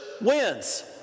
wins